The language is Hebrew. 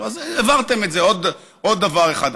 אז העברתם עוד דבר אחד.